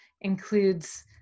includes